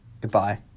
Goodbye